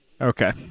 Okay